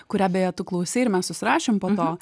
kurią beje tu klausei ir mes susirašėm po to